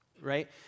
right